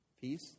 Peace